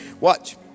Watch